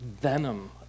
venom